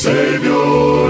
Savior